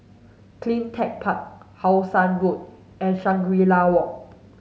CleanTech Park How Sun Road and Shangri La Walk